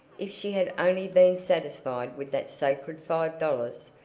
if she had only been satisfied with that sacred five dollars,